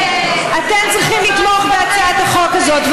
אתם צריכים לתמוך בהצעת החוק הזאת.